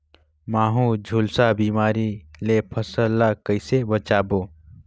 महू, झुलसा बिमारी ले फसल ल कइसे बचाबो?